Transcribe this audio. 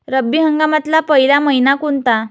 रब्बी हंगामातला पयला मइना कोनता?